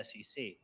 SEC